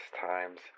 times